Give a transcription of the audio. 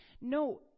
no